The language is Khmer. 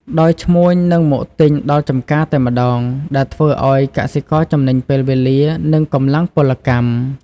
ដោយឈ្មួញនឹងមកទិញដល់ចម្ការតែម្ដង ដែលធ្វើឱ្យកសិករចំណេញពេលវេលា និងកម្លាំងពលកម្ម។